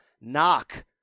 Knock